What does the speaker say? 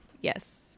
Yes